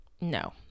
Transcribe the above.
no